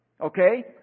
Okay